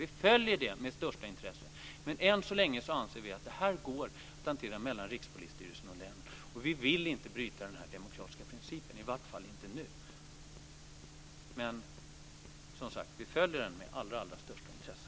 Vi följer det med största intresse. Men än så länge anser vi att det här går att hantera mellan Rikspolisstyrelsen och länen. Vi vill inte bryta den här demokratiska principen, i vart fall inte nu. Men vi följer detta med allra största intresse.